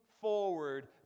forward